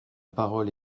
parole